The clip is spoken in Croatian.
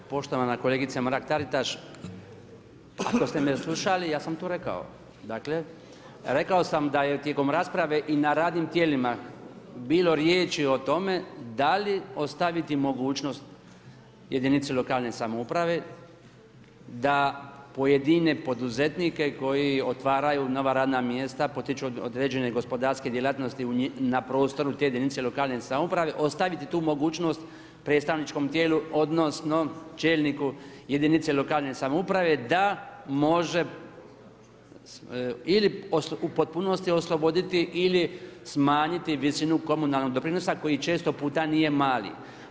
Poštovana kolegice Mrak Taritaš, ako ste me slušali, ja sam to rekao, rekao sam da je tijekom rasprave i na radnim tijelima bilo riječi o tome da li ostaviti mogućnost jedinicama lokalne samouprave da pojedine poduzetnike, koji otvaraju nova radna mjesta, potiču određene gospodarske djelatnosti, na prostoru jedinice lokalne samouprave, ostaviti tu mogućnost predstavničkom tijelu, odnosno, čelniku jedinice lokalne samurove, da može ili u potpunosti osloboditi ili smanjiti visinu komunalnog doprinosa, koji često puta nije mali.